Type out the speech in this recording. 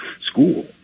school